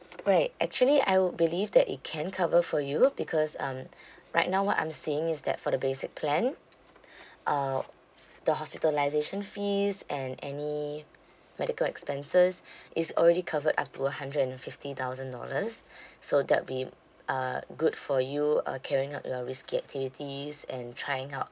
right actually I would believe that it can cover for you because um right now what I'm seeing is that for the basic plan uh the hospitalisation fees and any medical expenses is already covered up to a hundred and fifty thousand dollars so that'll be uh good for you uh carrying out your risky activities and trying out